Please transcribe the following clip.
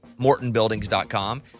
MortonBuildings.com